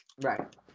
right